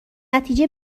نتیجه